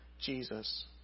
Jesus